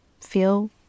feel